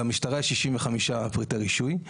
במשטרה יש 65 פריטי רישוי,